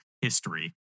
history